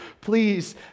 Please